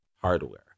hardware